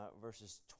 verses